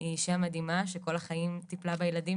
היא אישה מדהימה שכל החיים טיפלה בילדים